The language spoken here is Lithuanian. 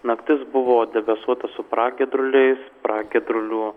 naktis buvo debesuota su pragiedruliais pragiedrulių